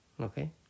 Okay